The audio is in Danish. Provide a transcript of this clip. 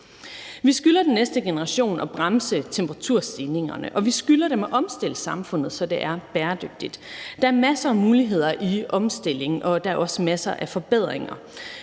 Vi skylder den næste generation at bremse temperaturstigningerne, og vi skylder den at omstille samfundet, så det er bæredygtigt. Der er masser af muligheder i omstillingen, og der er også masser af forbedringer.